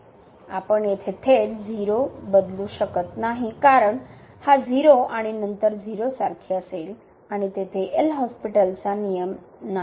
आपण येथे थेट 0 0 0 बदलू शकत नाही कारण हे 0 आणि नंतर 0 सारखे असेल आणि तेथे Lहॉस्पिटल चा नियम नाही